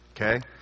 Okay